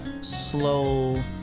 slow